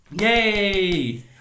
Yay